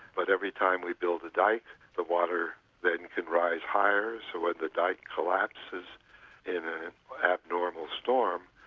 but every time we build a dyke the water then can rise higher, so when the dyke collapses in an abnormal storm,